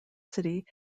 city